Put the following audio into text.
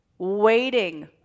waiting